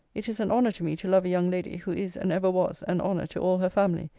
it is an honour to me to love a young lady who is and ever was an honour to all her family,